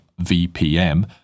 VPM